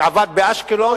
עבד באשקלון,